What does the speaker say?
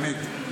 באמת,